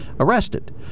arrested